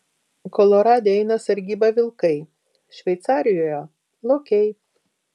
kolorade eina sargybą vilkai šveicarijoje lokiai